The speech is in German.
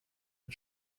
der